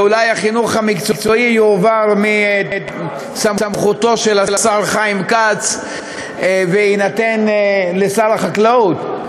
ואולי החינוך המקצועי יועבר מסמכותו של השר חיים כץ ויינתן לשר החקלאות,